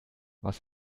was